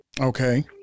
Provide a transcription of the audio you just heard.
Okay